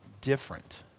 different